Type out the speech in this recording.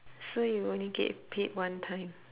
so you only get paid one time